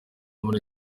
muri